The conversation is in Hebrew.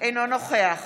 אינו נוכח